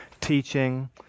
teaching